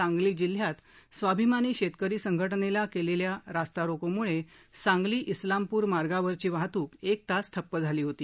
सांगली जिल्ह्यात स्वाभिमानी शेतकरी संघटनेला केलेल्या रास्ता रोकोमुळे सांगली इस्लामपूर मार्गावरची वाहतूक एक तास ठप्प झाली होती